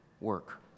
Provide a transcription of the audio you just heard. work